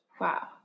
Wow